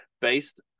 based